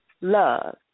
Love